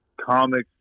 comics